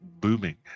booming